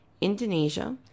Indonesia